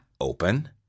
open